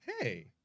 Hey